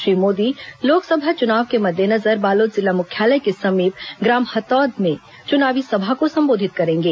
श्री मोदी लोकसभा चुनाव के मद्देनजर बालोद जिला मुख्यालय के समीप ग्राम हथौद में चुनावी सभा को संबोधित करेंगे